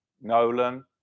Nolan